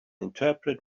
interpret